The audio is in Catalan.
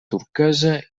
turquesa